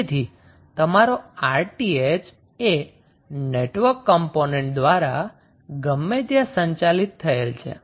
તેથી તમારો 𝑅𝑇ℎ એ નેટવર્ક કમ્પોનન્ટ દ્વારા ગમે ત્યાં સંચાલિત થયેલ છે